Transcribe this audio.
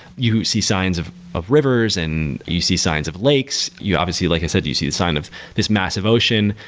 you see signs of of rivers and you see signs of lakes. you obviously like i said, you see a sign of this massive ocean.